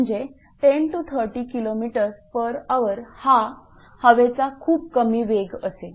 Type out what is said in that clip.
म्हणजे 10 30 Kmhr हा हवेचा खूप कमी वेग असेल